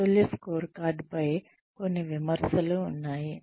సమతుల్య స్కోర్కార్డ్ పై కొన్ని విమర్శలు ఉన్నాయి